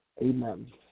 amen